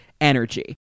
energy